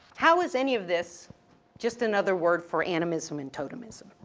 how is any of this just another word for animism and totemism?